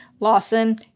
Lawson